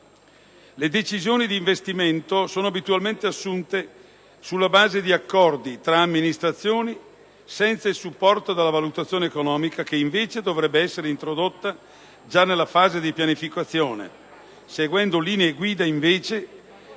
Le decisioni di investimento sono abitualmente assunte sulla base di accordi tra amministrazioni senza il supporto della valutazione economica che, invece, dovrebbe essere introdotta già nella fase di pianificazione, seguendo linee guida